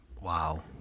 Wow